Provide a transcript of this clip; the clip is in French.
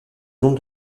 nombre